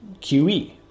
QE